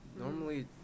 Normally